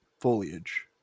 foliage